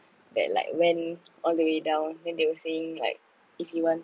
that like went all the way down then they will saying like if you want